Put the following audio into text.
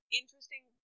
interesting